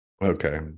Okay